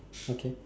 okay